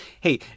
hey